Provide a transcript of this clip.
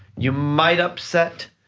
you might upset